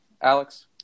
Alex